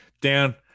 dan